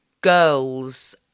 girls